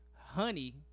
honey